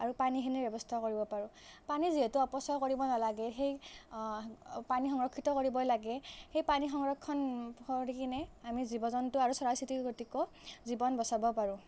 আৰু পানীখিনিৰ ব্যৱস্থাও কৰিব পাৰোঁ পানী যিহেতু অপচয় কৰিব নালাগে সেই পানী সংৰক্ষিত কৰিবই লাগে সেই পানী সংৰক্ষণ কৰি কিনে আমি জীৱ জন্তু আৰু চৰাই চিৰিকটিৰো জীৱন বচাব পাৰোঁ